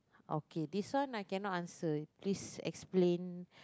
okay this one I cannot answer please explain